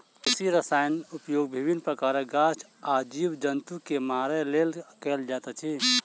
कृषि रसायनक उपयोग विभिन्न प्रकारक गाछ आ जीव जन्तु के मारय लेल कयल जाइत अछि